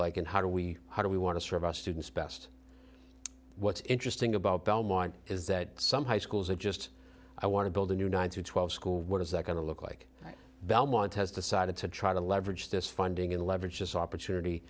like and how do we how do we want to serve our students best what's interesting about belmont is that some high schools are just i want to build a new nine through twelve school what is that going to look like belmont has decided to try to leverage this funding in leverage this opportunity